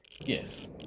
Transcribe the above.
Yes